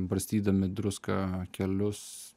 barstydami druską kelius